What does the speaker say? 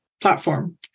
platform